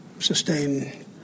Sustain